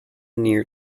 near